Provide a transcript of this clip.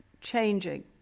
changing